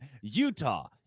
Utah